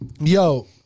yo